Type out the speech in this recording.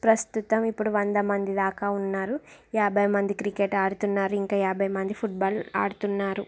ప్రస్తుతం ఇప్పుడు వందమంది దాకా ఉన్నారు యాబై మంది క్రికెట్ ఆడుతున్నారు ఇంకా యాబై మంది ఫుట్ బాల్ ఆడుతున్నారు